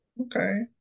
okay